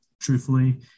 truthfully